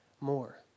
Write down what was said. more